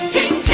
King